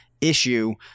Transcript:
issue